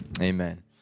amen